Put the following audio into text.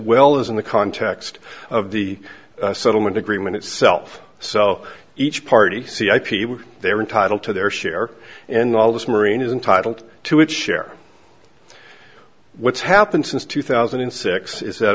well as in the context of the settlement agreement itself so each party see ip they are entitled to their share and all this marine is entitled to its share of what's happened since two thousand and six is that